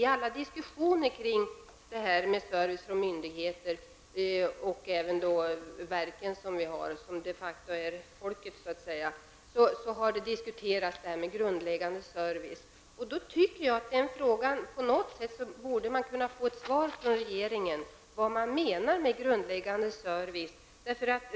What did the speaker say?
I alla diskussioner om service från myndigheter och även verk -- de facto folket -- har man tagit upp frågan om grundläggande service. Då tycker jag att man från regeringens sida på något sätt måste kunna svara på frågan vad som menas med grundläggande service.